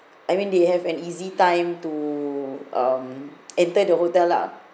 I mean they have an easy time to um enter the hotel lah